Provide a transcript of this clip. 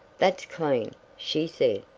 that's clean she said.